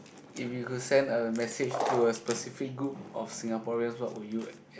if you could send a message to a specific group of Singaporeans what would you